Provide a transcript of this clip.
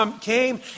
came